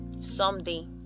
someday